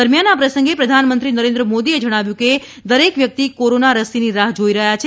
દરમિયાન આ પ્રસંગે પ્રધાનમંત્રી નરેન્દ્ર મોદીએ જણાવ્યું હતું કે દરેક વ્યક્તિ કોરોના રસીની રાહ્ જોઈ રહ્યાં છે